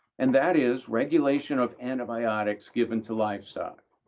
and that is regulation of antibiotics given to livestock,